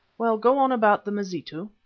well, go on about the mazitu.